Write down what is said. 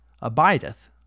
abideth